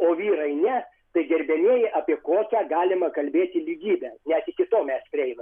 o vyrai ne tai gerbiamieji apie kokią galima kalbėti lygybę net iki to mes prieinam